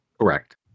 Correct